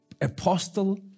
Apostle